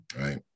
right